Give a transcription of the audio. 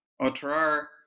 otrar